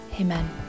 Amen